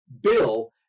bill